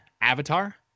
Avatar